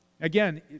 Again